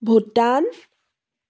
Bhutan